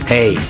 Hey